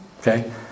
okay